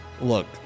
Look